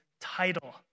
title